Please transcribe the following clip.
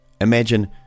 Imagine